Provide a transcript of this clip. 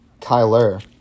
Kyler